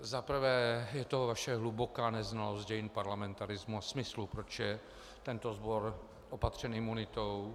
Za prvé je to vaše hluboká neznalost dějin parlamentarismu a smyslu, proč je tento sbor opatřen imunitou.